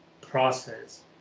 process